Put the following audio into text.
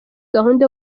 gahunda